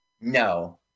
No